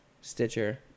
Stitcher